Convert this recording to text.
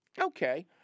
Okay